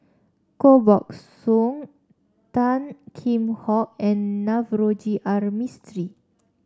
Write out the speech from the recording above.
Koh Buck Song Tan Kheam Hock and Navroji R Mistri